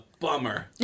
bummer